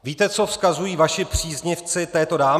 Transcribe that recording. Víte, co vzkazují vaši příznivci této dámě?